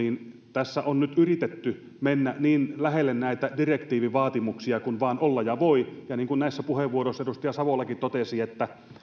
tässä on nyt yritetty mennä niin lähelle näitä direktiivin vaatimuksia kuin vain olla ja voi ja niin kuin näissä puheenvuoroissaan edustaja savolakin totesi